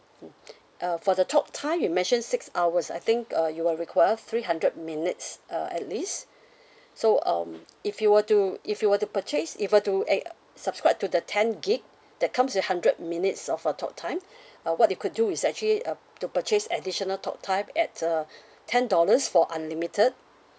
mm uh for the talk time you mentioned six hours I think uh you will require three hundred minutes uh at least so um if you were to if you were to purchase if you were to ac~ uh subscribe to the ten gig that comes with hundred minutes of uh talk time uh what you could do is actually uh to purchase additional talk time at uh ten dollars for unlimited